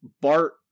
Bart